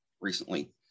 recently